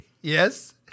yes